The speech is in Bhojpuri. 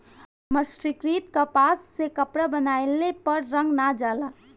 मर्सरीकृत कपास से कपड़ा बनइले पर रंग ना जाला